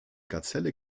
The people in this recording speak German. gazelle